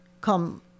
come